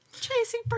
Chasing